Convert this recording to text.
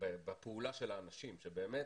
בפעולה של האנשים שבאמת